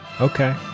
Okay